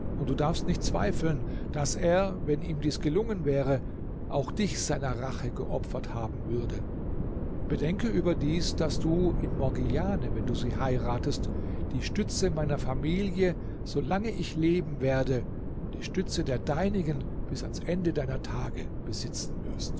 und du darfst nicht zweifeln daß er wenn ihm dies gelungen wäre auch dich seiner rache geopfert haben würde bedenke überdies daß du in morgiane wenn du sie heiratest die stütze meiner familie solange ich leben werde und die stütze der deinigen bis ans ende deiner tage besitzen wirst